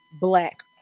black